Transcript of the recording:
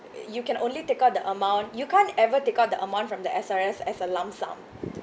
you can only take out the amount you can't ever take out the amount from the S_R_S as a lump sum